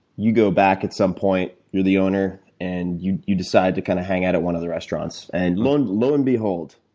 you go back at some point, you're the owner, and you you decide to kind of hang out at one of the restaurants. and lo and lo and behold,